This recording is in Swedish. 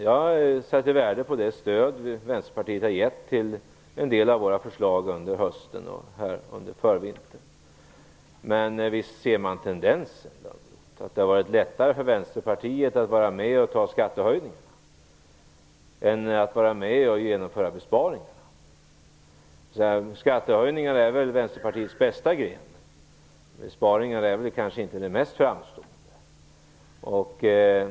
Jag sätter värde på det stöd Vänsterpartiet har gett till en del av våra förslag under hösten och förvintern. Men visst ser man tendenser till att det har varit lättare för Vänsterpartiet att vara med på skattehöjningar än på besparingar. Skattehöjningar är väl Vänsterpartiets bästa gren. Besparingar är kanske inte den mest framstående.